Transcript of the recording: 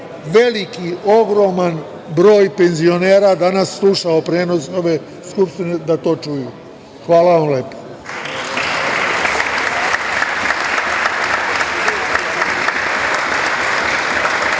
veliki, ogroman broj penzionera danas slušao prenos ove Skupštine da to čuju. Hvala vam lepo.